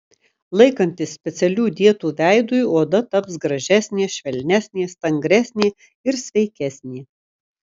laikantis specialių dietų veidui oda taps gražesnė švelnesnė stangresnė ir sveikesnė